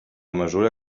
mesura